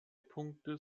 punkte